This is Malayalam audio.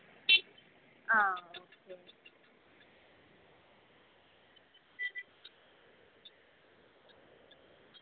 ആ ആയിക്കോട്ടെ കഴിഞ്ഞ പ്രാവശ്യം ഞാൻ കൊച്ചിനെയാണ് വിട്ടത് കൊച്ച് അവിടെ വലിച്ചെറിയുമയിരുന്നു എന്ന് പറയുന്നത് കേട്ടു ഒന്ന് രണ്ടു പേർ ഇങ്ങനെ വിളിച്ചു പറഞ്ഞത് ഞാൻ അവനോട് പ്രത്യേകം പറഞ്ഞു